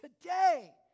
today